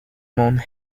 mount